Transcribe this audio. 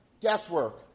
guesswork